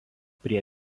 prie